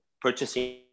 purchasing